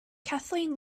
kathleen